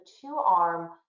two-arm